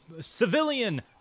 civilian